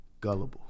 gullible